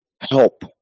Help